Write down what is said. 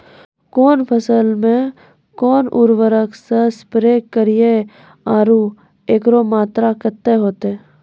कौन फसल मे कोन उर्वरक से स्प्रे करिये आरु एकरो मात्रा कत्ते होते?